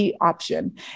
option